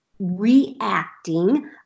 reacting